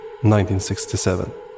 1967